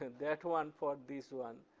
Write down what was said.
and that one for this one.